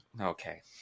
okay